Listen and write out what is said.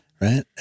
Right